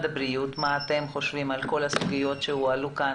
הבריאות מה אתם חושבים על כל הסוגיות שעלו כאן?